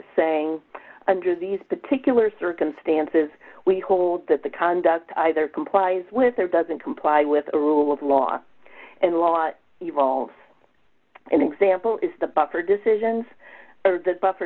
saying under these particular circumstances we hold that the conduct either complies with or doesn't comply with a rule of law and a lot evolves and example is the buffer decisions that buffer